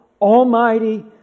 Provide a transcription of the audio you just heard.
almighty